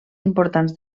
importants